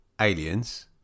Aliens